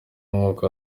umwuka